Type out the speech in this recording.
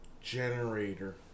generator